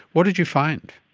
what did you find?